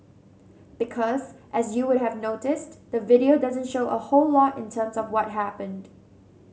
because as you would have noticed the video doesn't show a whole lot in terms of what happened